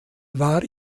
war